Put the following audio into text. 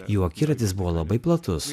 jų akiratis buvo labai platus